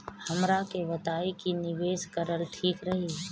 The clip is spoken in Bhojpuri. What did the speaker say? हमरा के बताई की निवेश करल ठीक रही?